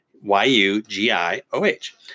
Y-U-G-I-O-H